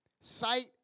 Sight